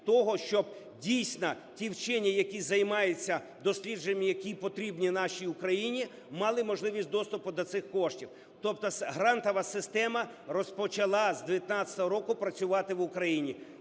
того, щоб дійсно ті вчені, які займаються дослідженнями, які потрібні нашій Україні, мали можливість доступу до цих коштів. Тобто грантова система розпочала з 19-го року працювати в Україні,